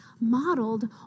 modeled